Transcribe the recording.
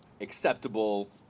acceptable